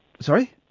Sorry